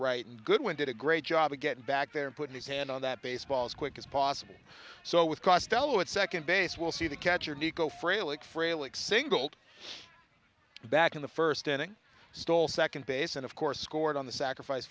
right and goodwin did a great job of getting back there putting his hand on that baseball as quick as possible so with costello at second base will see the catcher nico frail and frail like singled back in the first inning stole second base and of course scored on the sacrifice